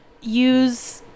use